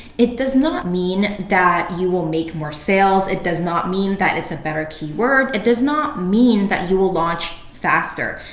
it does not mean that you will make more sales. it does not mean it's a better keyword. it does not mean that you will launch faster.